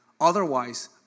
Otherwise